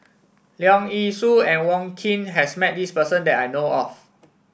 Leong Yee Soo and Wong Keen has met this person that I know of